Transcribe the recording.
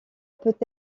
peut